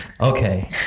okay